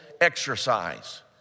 exercise